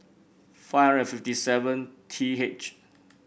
five hundred fifty seven T H